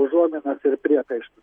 užuominas ir priekaištus